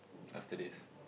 after this